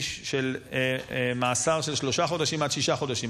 של מאסר של שלושה חודשים עד שישה חודשים.